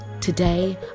Today